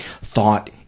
thought